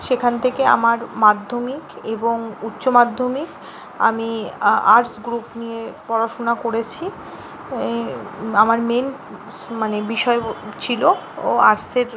সেখান থেকে আমার মাধ্যমিক এবং উচ্চমাধ্যমিক আমি আর্টস গ্রুপ নিয়ে পড়াশুনা করেছি আমার মেনস মানে বিষয় ছিলো ও আর্টসের